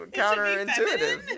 counterintuitive